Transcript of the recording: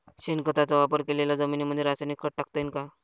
शेणखताचा वापर केलेल्या जमीनीमंदी रासायनिक खत टाकता येईन का?